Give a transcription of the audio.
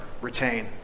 retain